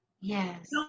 Yes